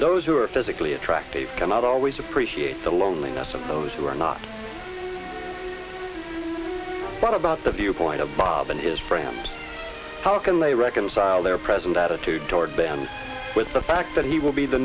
those who are physically attractive cannot always appreciate the loneliness of those who are not but about the viewpoint of bob and his friends how can they reconcile their present attitude toward them with the fact that he will be the